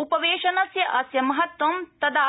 उपवेशनस्यास्य महत्वं तदा